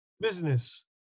business